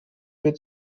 wird